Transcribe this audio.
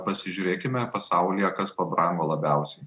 pasižiūrėkime pasaulyje kas pabrango labiausiai